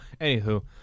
Anywho